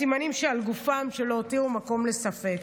ועל הסימנים שעל גופן, שלא הותירו מקום לספק.